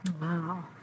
Wow